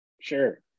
Sure